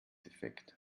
defekt